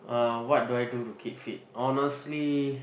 uh what do I do to keep fit honestly